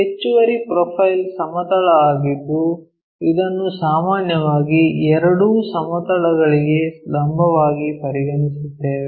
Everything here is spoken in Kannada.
ಹೆಚ್ಚುವರಿ ಪ್ರೊಫೈಲ್ ಸಮತಲ ಆಗಿದ್ದು ಇದನ್ನು ಸಾಮಾನ್ಯವಾಗಿ ಎರಡೂ ಸಮತಲಗಳಿಗೆ ಲಂಬವಾಗಿ ಪರಿಗಣಿಸುತ್ತೇವೆ